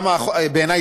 בעיני,